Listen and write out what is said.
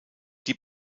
die